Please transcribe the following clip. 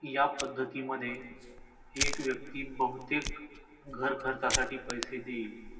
या पद्धतीमध्ये एक व्यक्ती बहुतेक घरखर्चासाठी पैसे देईल